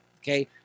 Okay